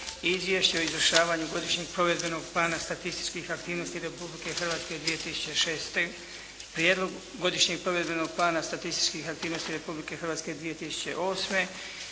Izvješće o izvršavanju godišnjeg provedbenog plana statističkih aktivnosti Republike Hrvatske 2006., Prijedlog godišnjeg provedbenog plana statističkih aktivnosti Republike Hrvatske 2008.